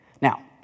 Now